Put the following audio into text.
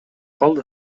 калды